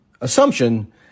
assumption